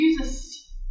Jesus